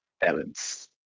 Balance